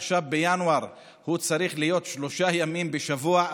שעכשיו בינואר הוא צריך להיות שלושה ימים בשבוע.